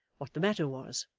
what the matter was.